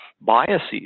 biases